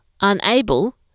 unable